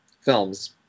films